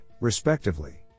respectively